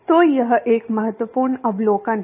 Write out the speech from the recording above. तो यह एक महत्वपूर्ण अवलोकन है